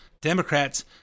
Democrats